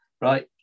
Right